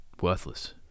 worthless